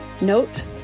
Note